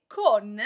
con